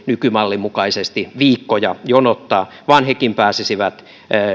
nykymallin mukaisesti viikkoja jonottaa vaan hekin pääsisivät